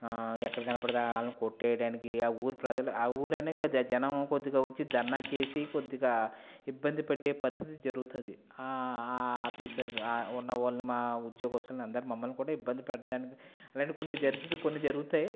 ఎక్కడ కనపడితే వాళ్ళని కొట్టేయడానికి ఆ ఊరి ప్రజలు ఆ ఊరెనక జనం కొద్దిగా వచ్చి ధర్నా చేసి కొద్దిగా ఇబ్బంది పెట్టే పరిస్థితి జరుగుతుంది ఆ ఆఫీసర్ ఉన్న మా ఉద్యోగస్తుల్ని మమ్మల్ని కూడా ఇబ్బంది పెట్టడానికి ఇవన్నీ కొన్ని జరుగుతాయ్ కొన్ని జరుగుతాయి